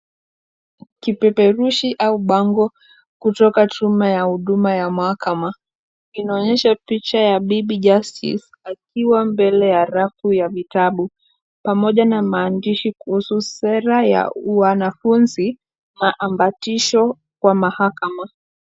Kipeperushi au bango kutoka tume ya huduma ya mahakama, inaonyesha picha ya bibi justice akiwa mbele ya rafu ya vitabu pamoja na maandishi kuhusu sera ya uanafunzi , maambatisho kwa mahakama